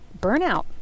burnout